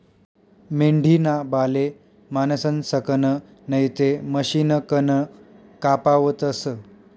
मेंढीना बाले माणसंसकन नैते मशिनकन कापावतस